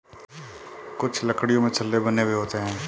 कुछ लकड़ियों में छल्ले बने हुए होते हैं